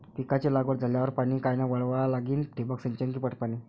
पिकाची लागवड झाल्यावर पाणी कायनं वळवा लागीन? ठिबक सिंचन की पट पाणी?